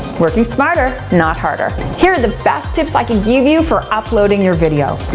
working smarter, not harder. here are the best tips i can give you for uploading your video.